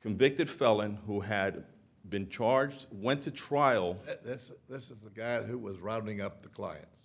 convicted felon who had been charged went to trial this this is the guy who was running up the client